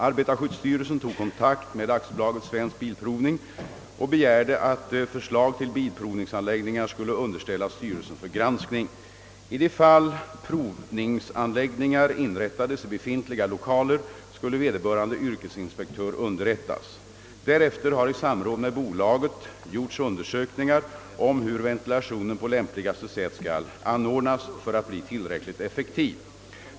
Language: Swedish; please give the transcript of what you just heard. Arbetarskyddsstyrelsen tog kontakt med AB Svensk Bilprovning och begärde att förslag till bilprovningsanläggningar skulle underställas styrelsen för granskning. I de fall provningsanläggningar inrättades i befintliga lokaler skulle vederbörande yrkesinspektör underrättas. Därefter har i samråd med bolaget gjorts undersökningar om hur ventilationen på lämpligaste sätt skall anordnas för att bli tillräckligt effektiv.